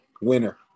winner